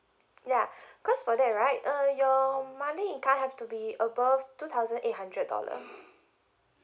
yeah cause for that right uh your monthly income have to be above two thousand eight hundred dollar